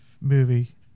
movie